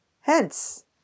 Hence